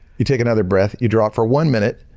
you take another breath. you draw it for one minute.